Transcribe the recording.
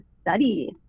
study